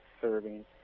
serving